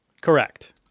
Correct